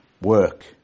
Work